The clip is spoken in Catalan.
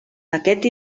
aquest